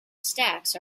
stacks